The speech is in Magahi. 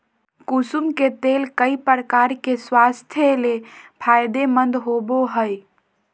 कुसुम के तेल कई प्रकार से स्वास्थ्य ले फायदेमंद होबो हइ